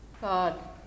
God